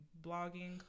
blogging